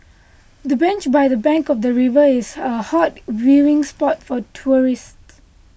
the bench by the bank of the river is a hot viewing spot for tourists